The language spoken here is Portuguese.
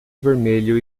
vermelho